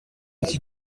iki